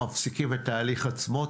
מפסיקים את ההליך עצמו,